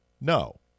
No